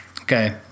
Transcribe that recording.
Okay